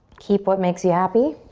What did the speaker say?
keep what makes you happy